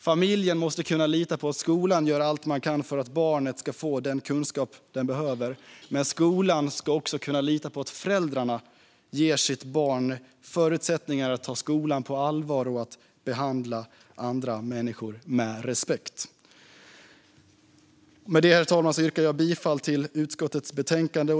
Familjen måste kunna lita på att skolan gör allt den kan för att barnet ska få den kunskap det behöver, men skolan behöver också kunna lita på att föräldrarna ger sitt barn förutsättningar att ta skolan på allvar och att behandla andra människor med respekt. Med detta, herr talman, yrkar jag bifall till utskottets förslag.